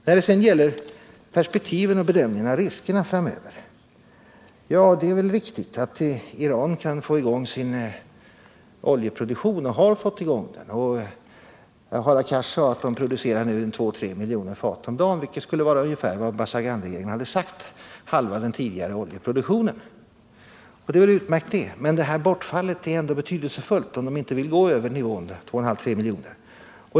När det gäller perspektiven och bedömningen av riskerna framöver är det viktigt att Iran kan få i gång sin oljeproduktion och har fått i gång den. Hadar Cars sade att man nu producerar två, tre miljoner fat om dagen, vilket skulle vara ungefär vad Bazarganregeringen hade sagt: halva den tidigare oljeproduktionen. Det är utmärkt. Men bortfallet är ändå betydelsefullt, om man inte vill gå över nivån två, tre miljoner fat.